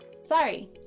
Sorry